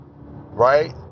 right